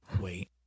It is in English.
Wait